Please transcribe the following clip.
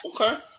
Okay